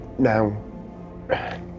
Now